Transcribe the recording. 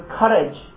courage